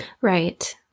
Right